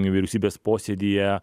vyriausybės posėdyje